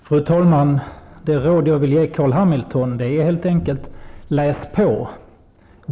Fru talman! Det råd jag vill ge Carl B Hamilton är helt enkelt: läs på.